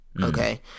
Okay